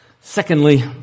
Secondly